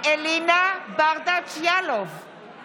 נגד ניר ברקת, נגד יאיר גולן,